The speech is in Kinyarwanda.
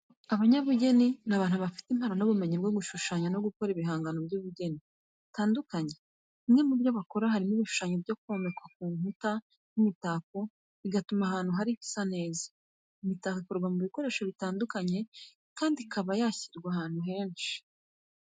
Abanyabugeni ni abantu bafite impano n'ubumenyi bwo gushushanya no gukora ibihangano by'ubugeni bitandukanye. Bimwe mu byo bakora harimo ibishushanyo byomekwa ku bikuta nk'imitako, bigatuma ahantu biri hasa neza. Imitako ikorwa mu bikoresho bitandukanye kandi ikaba yashyirwa ahantu henshi.